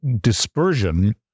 dispersion